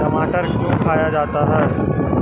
टमाटर क्यों खाया जाता है?